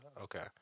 Okay